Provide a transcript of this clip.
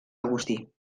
agustí